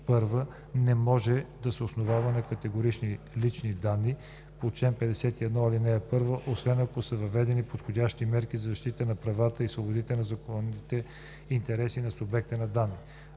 ал. 1 не може да се основават на категориите лични данни по чл. 51, ал. 1, освен ако са въведени подходящи мерки за защита на правата и свободите и законните интереси на субекта на данните.